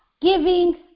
giving